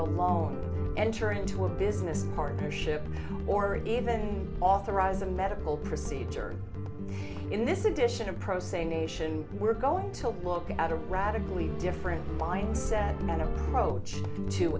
a loan enter into a business partnership or a game and authorize a medical procedure in this edition of pro se nation we're going to look at a radically different mindset